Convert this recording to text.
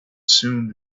soon